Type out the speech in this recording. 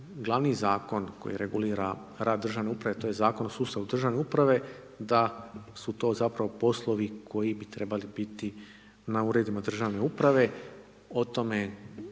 glavni Zakon koji regulira rad državne uprave, to je Zakon o sustavu državne uprave da su to zapravo poslovi koji bi trebali biti na Uredima državne uprave.